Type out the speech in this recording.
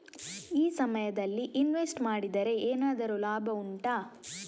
ಈ ಸಮಯದಲ್ಲಿ ಇನ್ವೆಸ್ಟ್ ಮಾಡಿದರೆ ಏನಾದರೂ ಲಾಭ ಉಂಟಾ